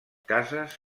cases